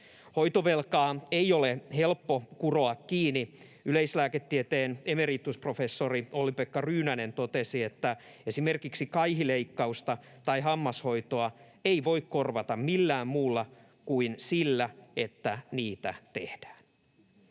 Hoitovelkaa ei ole helppo kuroa kiinni. Yleislääketieteen emeritusprofessori Olli-Pekka Ryynänen totesi, että esimerkiksi kaihileikkausta tai hammashoitoa ei voi korvata millään muulla kuin sillä, että niitä tehdään.